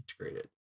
integrated